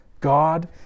God